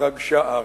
רגשה ארץ.